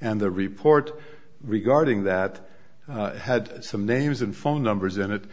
and the report regarding that had some names and phone numbers in it